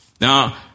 Now